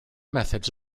methods